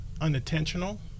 unintentional